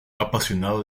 apasionado